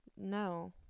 no